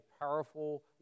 powerful